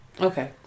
Okay